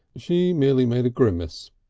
she merely made a grimace,